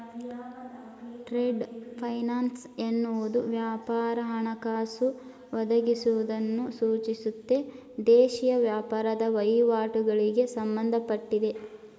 trade finance ಎನ್ನುವುದು ವ್ಯಾಪಾರ ಹಣಕಾಸು ಒದಗಿಸುವುದನ್ನು ಸೂಚಿಸುತ್ತೆ ದೇಶೀಯ ವ್ಯಾಪಾರದ ವಹಿವಾಟುಗಳಿಗೆ ಸಂಬಂಧಪಟ್ಟಿದೆ